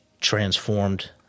transformed